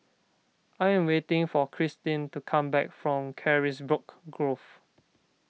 I am waiting for Christene to come back from Carisbrooke Grove